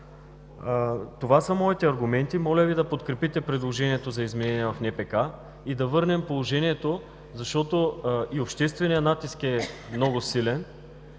Това са моите аргументи. Моля Ви да подкрепите предложението за изменение в НПК и да върнем положението, защото и общественият натиск е много силен,